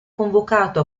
convocato